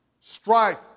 strife